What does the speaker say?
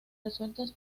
resueltos